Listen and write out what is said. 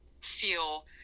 feel